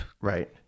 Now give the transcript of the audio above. right